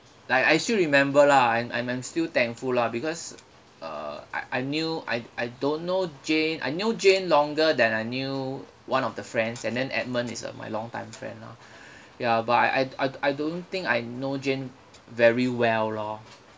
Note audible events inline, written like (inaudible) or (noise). like I still remember lah I'm I'm I'm still thankful lah because uh I I knew I I don't know jane I knew jane longer than I knew one of the friends and then edmund is uh my long time friend lor (breath) ya but I I I don't think I know jane very well lor